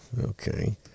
Okay